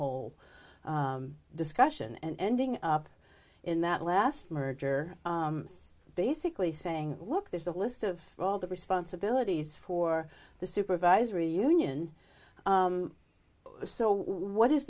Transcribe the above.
whole discussion and ending up in that last merger basically saying look there's a list of all the responsibilities for the supervisory union so what is